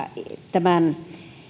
tämän